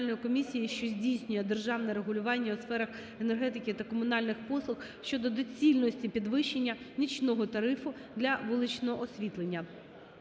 що здійснює державне регулювання у сферах енергетики та комунальних послуг щодо доцільності підвищення нічного тарифу для вуличного освітлення.